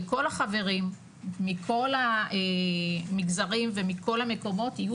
וכל החברים מכל המגזרים ומכל המקומות יהיו